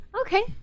Okay